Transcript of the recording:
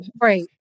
Right